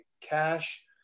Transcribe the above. cash